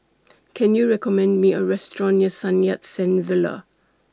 Can YOU recommend Me A Restaurant near Sun Yat Sen Villa